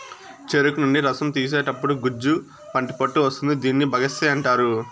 చెరుకు నుండి రసం తీసేతప్పుడు గుజ్జు వంటి పొట్టు వస్తుంది దీనిని బగస్సే అంటారు